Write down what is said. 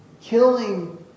killing